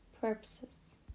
purposes